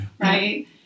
Right